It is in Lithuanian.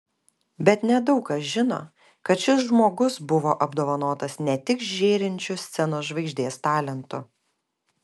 bet nedaug kas žino kad šis žmogus buvo apdovanotas ne tik žėrinčiu scenos žvaigždės talentu